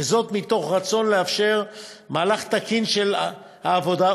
מתוך רצון לאפשר מהלך תקין של העבודה,